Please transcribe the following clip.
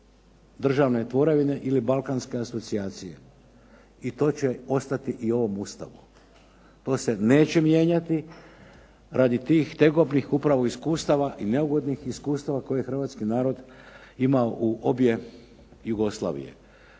državne tvorevine ili balkanske asocijacije. I to će ostati i u ovom Ustavu, to se neće mijenjati radi tih tegobnih upravo iskustava i neugodnih iskustava koje je hrvatski narod imao u obje Jugoslavije.